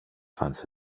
fanns